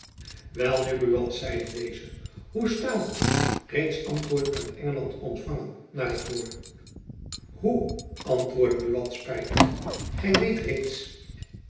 welnu buat zeide deze hoe staat het reeds antwoord uit engeland ontfangen naar ik hoor hoe antwoordde buat spijtig gy weet reeds